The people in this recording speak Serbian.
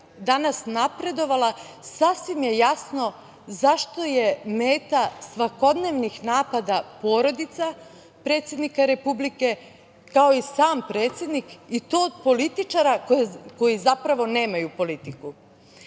danas napredovala sasvim je jasno zašto je meta svakodnevnih napada porodica predsednika Republike, kao i sam predsednik i to od političara koji zapravo nemaju politiku.